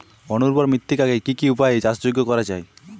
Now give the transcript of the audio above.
অনুর্বর মৃত্তিকাকে কি কি উপায়ে চাষযোগ্য করা যায়?